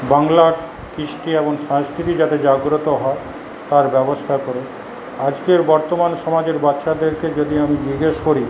বাংলার কৃষ্টি এবং সংস্কৃতি যাতে জাগ্রত হয় তার ব্যবস্থা করুক আজকের বর্তমান সমাজের বাচ্চাদেরকে যদি আমি জিজ্ঞেস করি